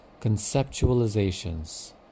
conceptualizations